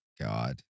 God